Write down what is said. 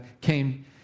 came